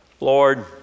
Lord